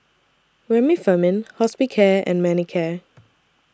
Remifemin Hospicare and Manicare